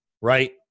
right